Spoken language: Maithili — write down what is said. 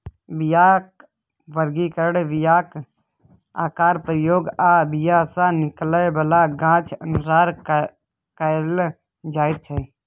बीयाक बर्गीकरण बीयाक आकार, प्रयोग आ बीया सँ निकलै बला गाछ अनुसार कएल जाइत छै